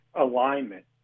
alignment